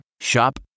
Shop